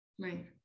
Right